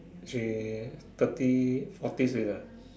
she thirties forties already lah